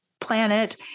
planet